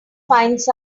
finds